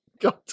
God